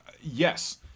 Yes